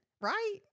right